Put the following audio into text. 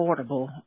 affordable